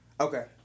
Okay